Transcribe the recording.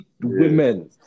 women